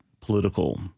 political